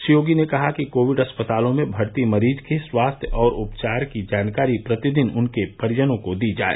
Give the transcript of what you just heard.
श्री योगी ने कहा कि कोविड अस्पतालों में भर्ती मरीज के स्वास्थ्य और उपचार की जानकारी प्रतिदिन उनके परिजनों की दी जाए